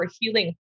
healing